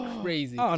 crazy